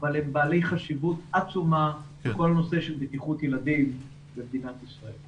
אבל הם בעלי חשיבות עצומה בכל הנושא של בטיחות ילדים במדינת ישראל.